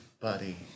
Buddy